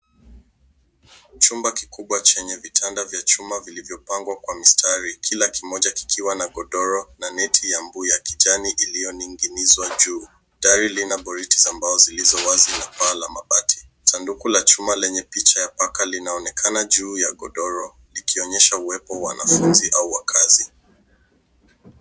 Chumba kikubwa chenye vitanda vya chuma vilivyopangwa kwa mistari kila kimoja kikiwa na godora na neti ya mbu ya kijani iliyoning'inizwa juu. Dari lina boreti za mbao zilizo wazi na paa la mabati. Sanduku la chuma lenye picha ya paka linaonekana juu ya godoro likionyesha uwepo wa wanafunzi au wakazi.